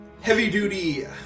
heavy-duty